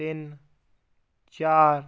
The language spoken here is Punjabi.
ਤਿੰਨ ਚਾਰ